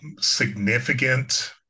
significant